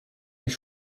sich